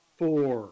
four